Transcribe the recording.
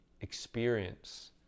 experience